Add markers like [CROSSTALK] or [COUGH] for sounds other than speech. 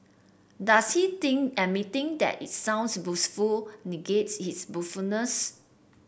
does he think admitting that it sounds boastful negates his [UNINTELLIGIBLE]